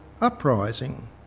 uprising